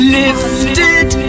lifted